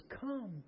come